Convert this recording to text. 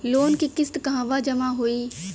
Loan के किस्त कहवा जामा होयी?